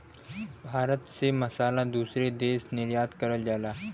भारत से मसाला दूसरे देश निर्यात करल जाला